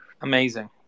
Amazing